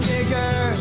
bigger